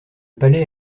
palais